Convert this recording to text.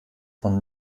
von